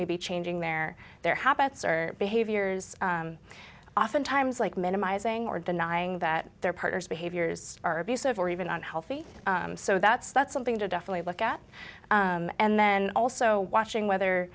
may be changing their their habits or behaviors oftentimes like minimizing or denying that their partner's behaviors are abusive or even unhealthy so that's that's something to definitely look at and then also watching whether